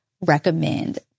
recommend